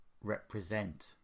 represent